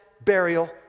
burial